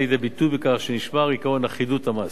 לידי ביטוי בכך שנשמר עקרון אחידות המס.